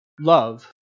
love